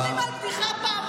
לא חוזרים על בדיחה פעמיים.